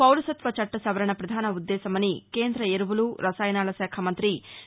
పౌరసత్వ చట్ల సవరణ పధాన ఉద్దేశ్యమని కేంద్ర ఎరువులు రసాయనాల శాఖ మంత్రి డి